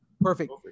perfect